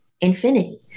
infinity